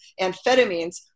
amphetamines